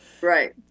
Right